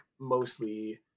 mostly